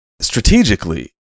strategically